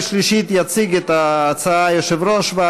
דברי הכנסת, מושב רביעי, חוב' ל"ב,